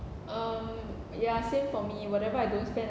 um ya same for me whatever I don't spend